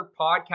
podcast